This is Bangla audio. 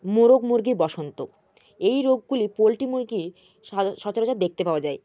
মোরগ মুরগি বসন্ত এই রোগগুলি পোলট্রি মুরগির সচরাচর দেখতে পাওয়া যায়